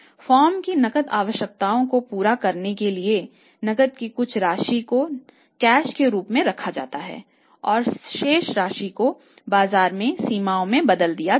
firm की नकद आवश्यकताओं को पूरा करने के लिए नकद की कुछ राशि को नकद के रूप में रखा जाता है और शेष राशि को बाजार की सीमाओं में बदल दिया जाता है